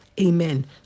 Amen